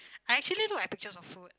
I actually look at pictures of food